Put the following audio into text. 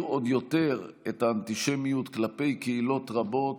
עוד יותר את האנטישמיות כלפי קהילות רבות,